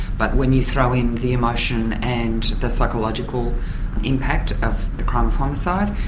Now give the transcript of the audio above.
but when you throw in the emotion and the psychological impact of the crime of homicide,